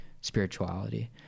spirituality